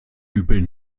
übel